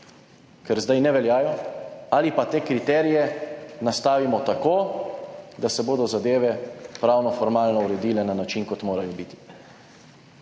ker zdaj ne veljajo, ali pa te kriterije nastavimo tako, da se bodo zadeve pravnoformalno uredile na način, kot morajo biti.